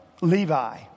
Levi